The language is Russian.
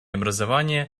образования